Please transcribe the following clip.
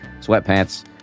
sweatpants